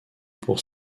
pour